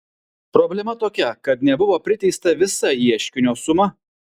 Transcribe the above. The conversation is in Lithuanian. problema tokia kad nebuvo priteista visa ieškinio suma